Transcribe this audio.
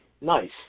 Nice